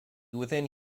within